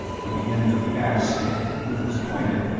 with the end of the ash stick, which was pointed,